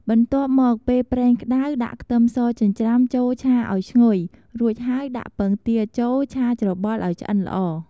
បន្ទាប់់មក ពេលប្រេងក្តៅ ដាក់ខ្ទឹមសចិញ្ច្រាំចូលឆាឱ្យឈ្ងុយ រួចហើយដាក់ពងទាចូល ឆាច្របល់ឱ្យឆ្អិនល្អ។